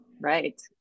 Right